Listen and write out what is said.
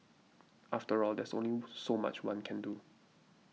after all there's only so much one can do